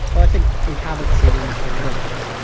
but i think we haven't seen anything yet.